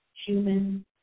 human